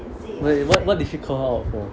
wait what what she call her out for